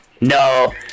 No